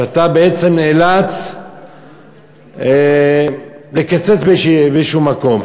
שאתה בעצם נאלץ לקצץ באיזשהו מקום.